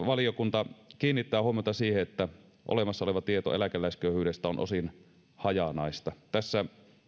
valiokunta kiinnittää huomiota siihen että olemassa oleva tieto eläkeläisköyhyydestä on osin hajanaista tässä